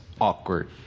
awkward